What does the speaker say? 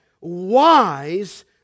Wise